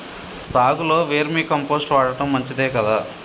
సాగులో vermicompost వాడటం మంచిదే కదా?